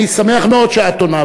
אני שמח מאוד שאת עונה,